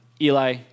Eli